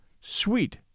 sweet